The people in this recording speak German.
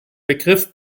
begriff